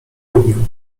lubił